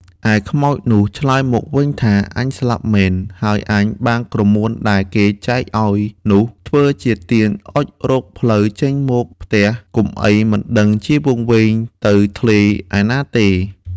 ឯខ្មោចនោះឆ្លើយមកវិញថា "អញស្លាប់មែន, ហើយអញបានក្រមួនដែលគេចែកឲ្យនោះ ធ្វើជាទៀនអុជរកផ្លូវចេញមកផ្ទះ កុំអីមិនដឹងជាវង្វេងទៅធ្លាយឯណាទេ!" ។